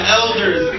elders